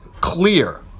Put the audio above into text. Clear